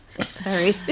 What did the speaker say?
Sorry